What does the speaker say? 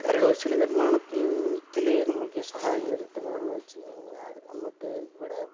കരകൗശല നിർമ്മാണ ത്തില് നമുക്ക് സഹായങ്ങള് കിട്ടുന്നതെന്ന് വെച്ച് കഴിഞ്ഞ് കഴിഞ്ഞാൽ നമുക്ക് ഇവിടെ